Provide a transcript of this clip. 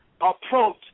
approach